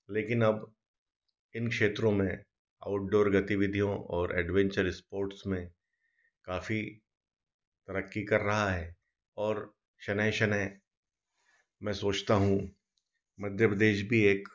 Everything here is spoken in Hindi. लेकिन अब इन क्षेत्रों में आउटडोर गतिविधियों और एडवेन्चर स्पोर्ट्स में काफ़ी तरक्की कर रहा है और शनैः शनैः मैं सोचता हूँ मध्य प्रदेश भी एक